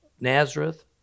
Nazareth